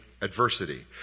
adversity